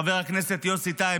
חבר הכנסת יוסי טייב,